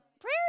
prayer